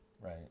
Right